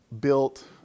built